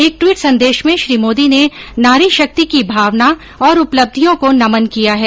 एक टवीट संदेश में श्री मोदी ने नारी शक्ति की भावना और उपलब्धियों को नमन किया है